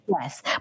Yes